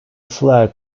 flag